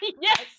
Yes